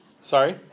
Sorry